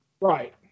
Right